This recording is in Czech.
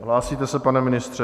Hlásíte se, pane ministře?